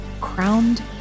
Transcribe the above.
Crowned